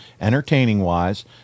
entertaining-wise